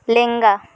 ᱞᱮᱸᱜᱟ